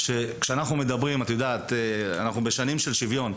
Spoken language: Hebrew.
אנחנו בשנים של שוויון.